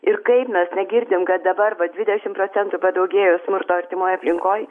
ir kaip mes negirdim kad dabar va dvidešim procentų padaugėjo smurto artimoj aplinkoj